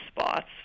spots